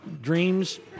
Dreams